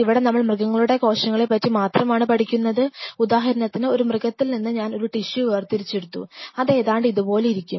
ഇവിടെ നമ്മൾ മൃഗങ്ങളുടെ കോശങ്ങളെ പറ്റി മാത്രമാണ് ആണ് പഠിക്കുന്നത് ഉദാഹരണത്തിന് ഒരു മൃഗത്തിൽ നിന്ന് ഇന്ന് ഞാൻ ഒരു ടിഷ്യു വേർതിരിച്ചെടുത്തു അത് ഏതാണ്ട് ഇതുപോലെ പോലെ ഇരിക്കും